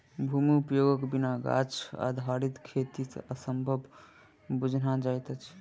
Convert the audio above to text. भूमि उपयोगक बिना गाछ आधारित खेती असंभव बुझना जाइत अछि